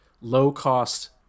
low-cost